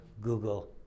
Google